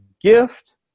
gift